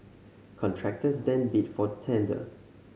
contractors then bid for the tender